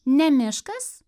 ne miškas